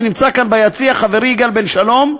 ונמצא כאן ביציע חברי יגאל בן-שלום,